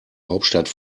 hauptstadt